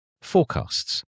forecasts